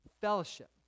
fellowship